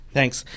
Thanks